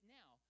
now